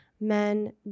men